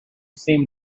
seem